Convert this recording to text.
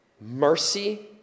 mercy